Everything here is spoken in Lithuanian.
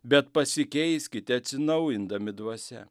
bet pasikeiskite atsinaujindami dvasia